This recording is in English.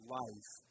life